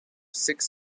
six